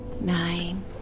nine